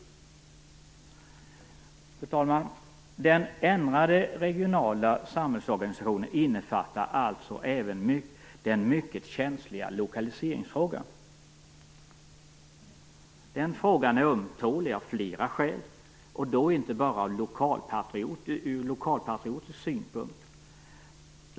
Fru talman! Den ändrade regionala samhällsorganisationen innefattar alltså även den mycket känsliga lokaliseringsfrågan. Denna fråga är ömtålig av flera skäl, och då inte bara från lokalpatriotisk synpunkt.